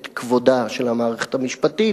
את כבודה של המערכת המשפטית,